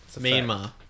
Myanmar